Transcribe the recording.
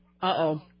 Uh-oh